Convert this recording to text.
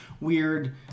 weird